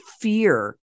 fear